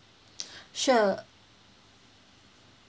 sure